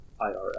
IRL